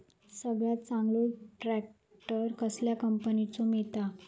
सगळ्यात चांगलो ट्रॅक्टर कसल्या कंपनीचो मिळता?